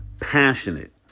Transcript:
passionate